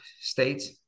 states